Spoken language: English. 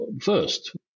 first